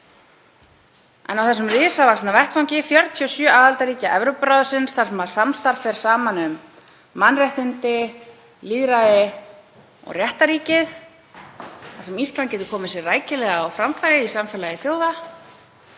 Á þessum risavaxna vettvangi 47 aðildarríkja Evrópuráðsins, þar sem samstarf er um mannréttindi, lýðræði og réttarríkið, þar sem Ísland getur komið sér rækilega á framfæri í samfélagi þjóða,